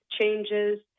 changes